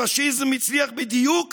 הפשיזם הצליח בדיוק